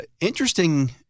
Interesting